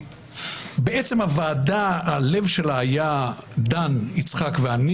הלב של הוועדה היה דן, יצחק ואני.